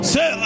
Say